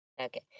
Okay